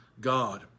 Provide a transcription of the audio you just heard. God